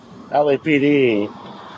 LAPD